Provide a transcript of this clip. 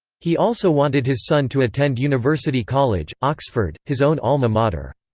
he also wanted his son to attend university college, oxford, his own alma mater.